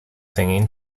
singing